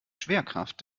schwerkraft